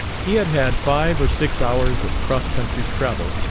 he had had five or six hours of cross-country travel,